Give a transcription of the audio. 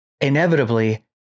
inevitably